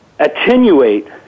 attenuate